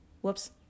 Whoops